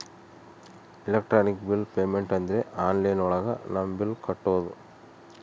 electronic bill payment ಅಂದ್ರೆ online ಒಳಗ ನಮ್ ಬಿಲ್ ಕಟ್ಟೋದು